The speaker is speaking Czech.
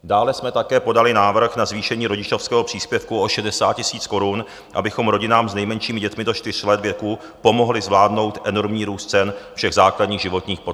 Dále jsme také podali návrh na zvýšení rodičovského příspěvku o 60 000 korun, abychom rodinám s nejmenšími dětmi do čtyř let věku pomohli zvládnout enormní růst cen všech základních životních potřeb.